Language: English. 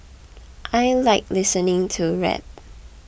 I like listening to rap